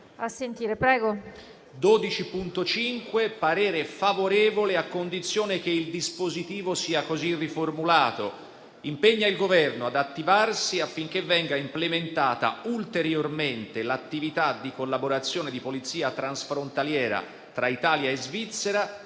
G12.5, il Governo lo accoglie a condizione che il dispositivo sia così riformulato: «impegna il Governo ad attivarsi affinché venga implementata ulteriormente l'attività di collaborazione di polizia transfrontaliera tra Italia e Svizzera,